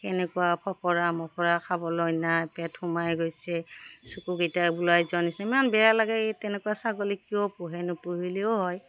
কেনেকুৱা ফকৰা মকৰা খাবলৈ নাই পেট সোমাই গৈছে চকুকেইটা ওলাই যোৱা নিচ ইমান বেয়া লাগে তেনেকুৱা ছাগলী কিয় পোহে নুপুহিলেও হয়